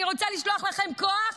אני רוצה לשלוח לכם כוח,